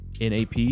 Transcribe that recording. NAP